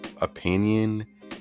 opinion